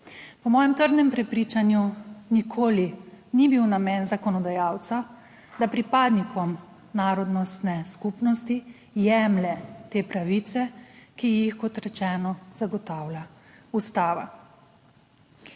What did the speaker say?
Po mojem trdnem prepričanju nikoli ni bil namen zakonodajalca, da pripadnikom narodnostne skupnosti jemlje te pravice, ki jih, kot rečeno, zagotavlja ustava.